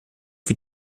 für